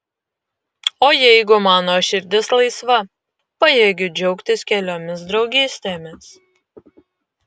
o jeigu mano širdis laisva pajėgiu džiaugtis keliomis draugystėmis